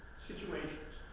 situations.